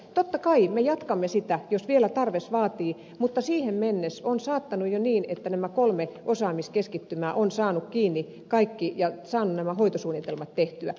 totta kai me jatkamme sitä jos vielä tarvis vaatii mutta siihen mennessä on saattanut jo käydä niin että nämä kolme osaamiskeskittymää ovat saaneet kiinni kaikki ja saaneet nämä hoitosuunnitelmat tehtyä